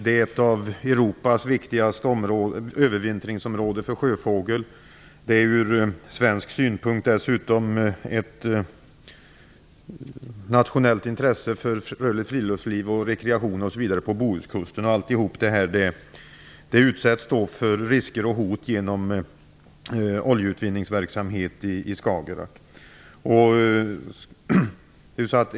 Det är ett av Europas viktigaste övervintringsområden för sjöfågel. Det utgör ur svensk synpunkt dessutom ett nationellt intresse vad gäller rörligt friluftsliv och rekreation på Bohuskusten, vilka skulle utsättas för risker och hot genom oljeutvinningsverksamhet i Skagerrak.